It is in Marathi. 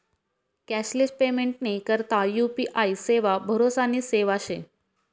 कॅशलेस पेमेंटनी करता यु.पी.आय सेवा भरोसानी सेवा शे